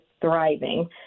thriving